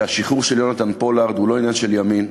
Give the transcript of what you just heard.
שהשחרור של יונתן פולארד הוא לא עניין של ימין,